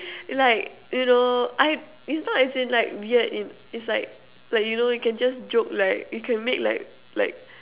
like you know I is not as in like weird in is like like you know you can just joke like you can make like like